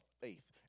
faith